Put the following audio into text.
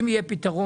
אם יהיה פתרון,